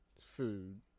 food